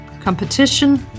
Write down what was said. competition